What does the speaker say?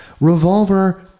revolver